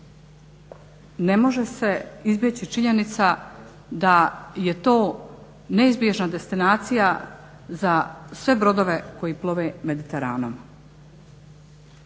ne može se izbjeći činjenica da je to neizbježna destinacija za sve brodove koji plove Mediteranom.